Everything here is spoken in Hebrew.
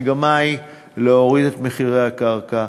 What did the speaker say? המגמה היא להוריד את מחירי הקרקע,